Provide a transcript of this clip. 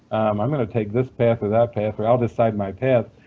i'm going to take this path or that path, or i'll decide my path.